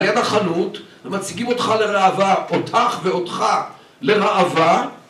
ליד החנות מציגים אותך לראווה, אותך ואותך לראווה